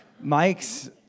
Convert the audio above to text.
Mike's